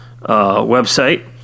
website